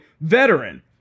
veteran